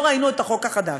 לא ראינו את החוק החדש.